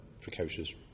precocious